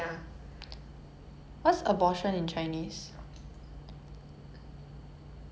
I wanted to say 投胎 but that's not the right word um 投胎 is I think